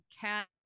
cat